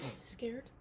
scared